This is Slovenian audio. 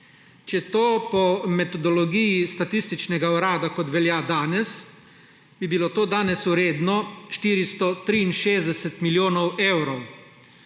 Po metodologiji Statističnega urada, kot velja danes, bi bilo to danes vredno 463 milijonov evrov.